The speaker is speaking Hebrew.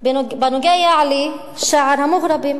בנוגע לשער המוגרבים,